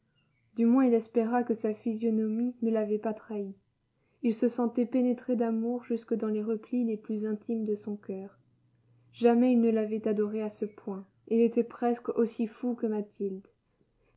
du moins il espéra que sa physionomie ne l'avait pas trahi il se sentait pénétré d'amour jusque dans les replis les plus intimes de son coeur jamais il ne l'avait adorée à ce point il était presque aussi fou que mathilde